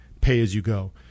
pay-as-you-go